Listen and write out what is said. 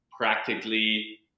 Practically